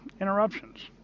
interruptions